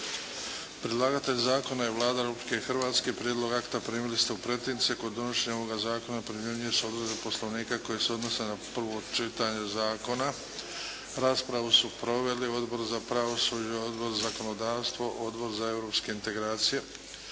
Predlagatelj zakona je Vlada Republike Hrvatske. Prijedlog akta primili ste u pretince. Kod donošenja ovog zakona primjenjuju se odredbe Poslovnika koje se odnose na prvo čitanje zakona. Raspravu su proveli Odbor za pravosuđe, Odbor za zakonodavstvo, Odbor za europske integracije.